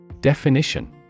Definition